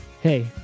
Hey